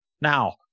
Now